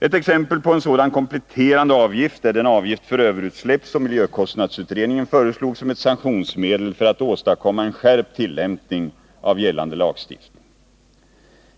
Ett exempel på en sådan kompletterande avgift är den avgift för överutsläpp som miljökostnadsutredningen föreslog som ett sanktionsmedel för att åstadkomma en skärpt tillämpning av gällande lagstiftning.